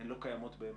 הן לא קיימות באמת.